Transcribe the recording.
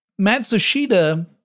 Matsushita